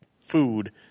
food